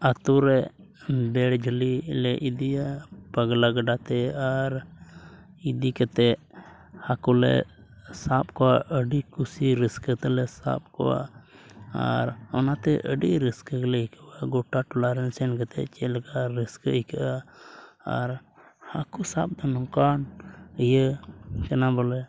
ᱟᱛᱳ ᱨᱮ ᱵᱮᱲ ᱡᱷᱟᱹᱞᱤ ᱞᱮ ᱤᱫᱤᱭᱟ ᱯᱟᱜᱽᱞᱟ ᱜᱟᱰᱟᱛᱮ ᱟᱨ ᱤᱫᱤ ᱠᱟᱛᱮᱫ ᱦᱟᱹᱠᱩ ᱞᱮ ᱥᱟᱵ ᱠᱚᱣᱟ ᱟᱹᱰᱤ ᱠᱩᱥᱤ ᱨᱟᱹᱥᱠᱟᱹ ᱛᱮᱞᱮ ᱥᱟᱵ ᱠᱚᱣᱟ ᱟᱨ ᱚᱱᱟᱛᱮ ᱟᱹᱰᱤ ᱨᱟᱹᱥᱠᱟᱹ ᱜᱮᱞᱮ ᱟᱹᱭᱠᱟᱹᱣᱟ ᱜᱚᱴᱟ ᱴᱚᱞᱟ ᱨᱮᱱ ᱥᱮᱱ ᱠᱟᱛᱮᱫ ᱪᱮᱫ ᱞᱮᱠᱟ ᱨᱟᱹᱥᱠᱟᱹ ᱟᱹᱭᱠᱟᱹᱜᱼᱟ ᱟᱨ ᱦᱟᱹᱠᱩ ᱥᱟᱵ ᱫᱚ ᱱᱚᱝᱠᱟᱱ ᱤᱭᱟᱹ ᱠᱟᱱᱟ ᱵᱚᱞᱮ